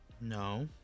No